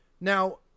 Now